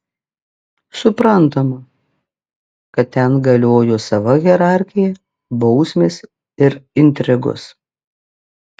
suprantama kad ten galiojo sava hierarchija bausmės ir intrigos